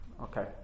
Okay